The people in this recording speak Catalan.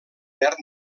verd